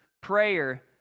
prayer